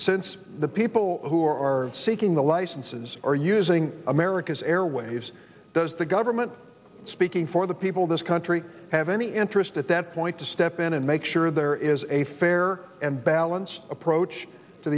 since the people who are or seeking the licenses are using america's airwaves does the government speaking for the people of this country have any interest at that point to step in and make sure there is a fair and balanced approach to